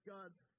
God's